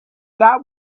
that